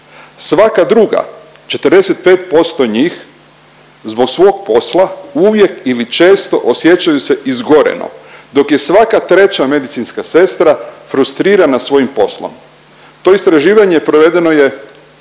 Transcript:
Svaka druga, 45% njih zbog svog posla uvijek ili često osjećaju se izgoreno, dok je svaka 3. medicinska sestra frustrirana svojim poslom. To istraživanje provedeno je